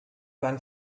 van